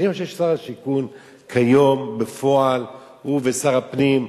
שר השיכון כיום בפועל, הוא ושר הפנים,